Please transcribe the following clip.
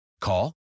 Call